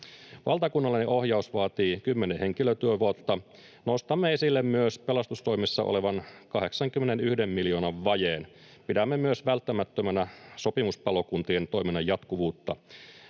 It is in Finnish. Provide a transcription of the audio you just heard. Valtakunnallinen ohjaus vaatii kymmenen henkilötyövuotta. Nostamme esille myös pelastustoimessa olevan 81 miljoonan vajeen. Pidämme myös välttämättömänä sopimuspalokuntien toiminnan jatkuvuutta.